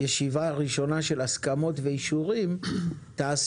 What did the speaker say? ישיבה ראשונה של הסכמות ואישורים היום תיתן